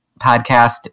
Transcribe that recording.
podcast